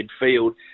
midfield